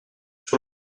sur